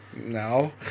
no